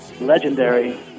legendary